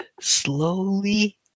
slowly